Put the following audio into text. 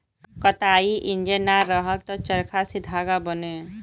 कताई इंजन ना रहल त चरखा से धागा बने